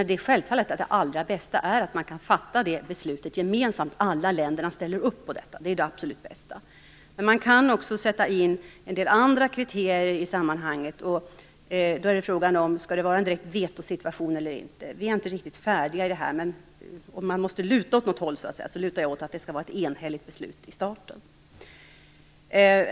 Det allra bästa är självfallet att man kan fatta beslutet gemensamt, att alla länder ställer sig bakom detta. Men man kan också föra in en del andra kriterier i sammanhanget. Frågan är om det skall vara en direkt vetosituation eller inte. Vi är inte riktigt färdiga med detta, men om man måste luta sig åt något håll lutar jag åt att det skall vara ett enhälligt beslut i starten.